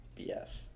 BS